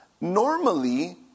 normally